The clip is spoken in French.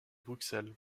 bruxelles